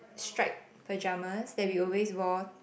striped pajamas that we always wore